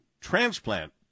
transplant